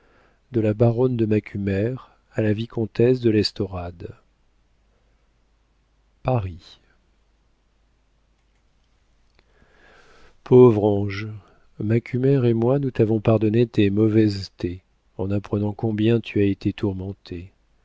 de la baronne de macumer a la vicomtesse de l'estorade paris pauvre ange macumer et moi nous t'avons pardonné tes mauvaisetés en apprenant combien tu as été tourmentée